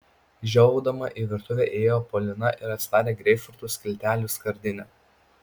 žiovaudama į virtuvę įėjo polina ir atsidarė greipfrutų skiltelių skardinę